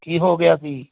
ਕੀ ਹੋ ਗਿਆ ਸੀ